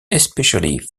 especially